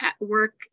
work